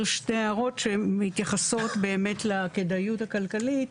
שתי הערות שמתייחסות באמת לכדאיות הכלכלית.